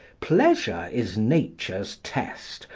pleasure is nature's test,